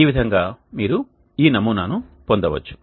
ఈ విధంగా మీరు ఈ నమూనాను పొందవచ్చు